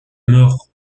mort